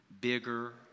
Bigger